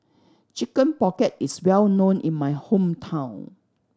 Chicken Pocket is well known in my hometown